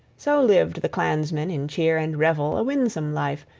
so lived the clansmen in cheer and revel a winsome life,